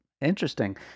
interesting